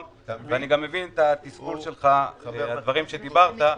שלטון מקומי,